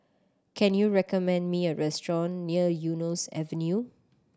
can you recommend me a restaurant near Eunos Avenue